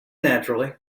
naturally